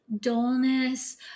dullness